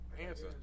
answer